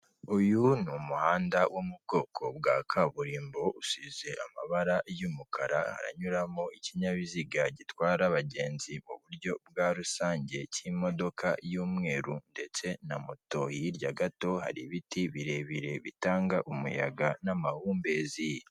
Uyu ni umuhanda wo mu bwoko bwa kaburimbo, usize amabara y'umukara, haranyuramo ikinyabiziga gitwara abagenzi mu buryo bwa rusange cy'imodoka y'Umweru ndetse na moto, hirya gato hari ibiti birebire bitanga umuyaga n'amahumbezi.